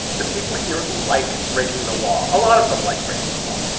the people here like breaking the law. a lot of them like breaking the law.